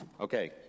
Okay